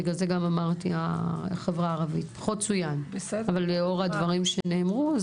בגלל זה אמרתי החברה הערבית כי זה פחות צוין אבל לאור הדברים שנאמרו,